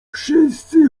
wszyscy